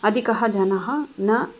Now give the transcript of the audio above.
अधिकः जनः न